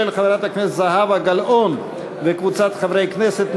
של חברת הכנסת זהבה גלאון וקבוצת חברי הכנסת,